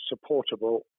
supportable